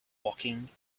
woking